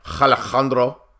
Alejandro